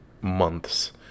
months